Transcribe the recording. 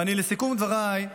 ולסיכום דבריי,